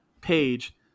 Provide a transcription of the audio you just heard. page